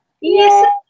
Yes